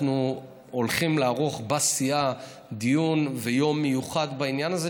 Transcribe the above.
אנחנו הולכים לערוך בסיעה דיון ויום מיוחד בעניין הזה,